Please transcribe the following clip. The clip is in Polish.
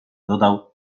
dodał